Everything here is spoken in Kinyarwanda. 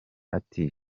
ati